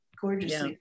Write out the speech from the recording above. gorgeous